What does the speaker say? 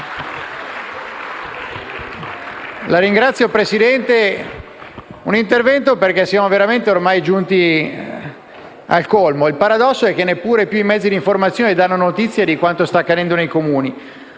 Signor Presidente, intervengo perché ormai siamo veramente giunti al colmo. Il paradosso è che neppure più i mezzi di informazione danno notizia di quanto sta accadendo nei Comuni.